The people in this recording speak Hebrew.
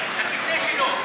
הכיסא שלו.